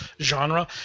genre